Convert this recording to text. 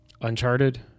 Uncharted